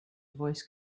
voice